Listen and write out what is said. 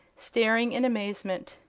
staring in amazement.